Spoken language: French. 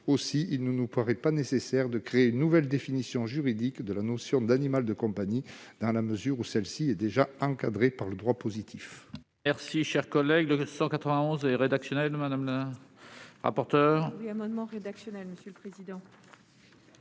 ». Il ne nous paraît pas nécessaire de créer une nouvelle définition juridique de la notion d'animal de compagnie, dans la mesure où celle-ci est déjà encadrée par le droit positif.